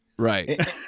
Right